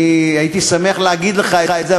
אני הייתי שמח להגיד לך את זה,